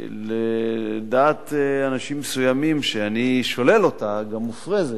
ולדעת אנשים מסוימים, שאני שולל אותה, גם מופרזת.